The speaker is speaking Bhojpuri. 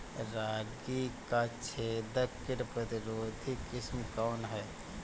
रागी क छेदक किट प्रतिरोधी किस्म कौन ह?